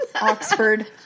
Oxford